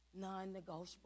Non-negotiable